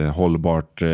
hållbart